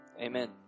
Amen